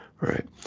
Right